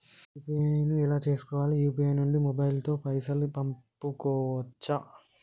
UPI ను ఎలా చేస్కోవాలి యూ.పీ.ఐ నుండి మొబైల్ తో పైసల్ పంపుకోవచ్చా?